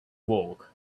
work